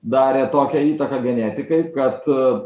darė tokią įtaką genetikai kad